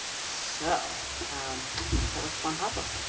so let's start with juan pablo.